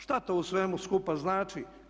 Šta to u svemu skupa znači?